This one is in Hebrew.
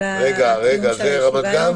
מתקנים ציבוריים באזורים של מגורים משותפים,